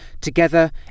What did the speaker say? Together